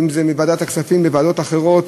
אם זה בוועדת הכספים או בוועדות אחרות,